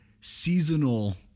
seasonal